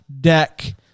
deck